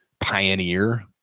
pioneer